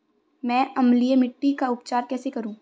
मैं अम्लीय मिट्टी का उपचार कैसे करूं?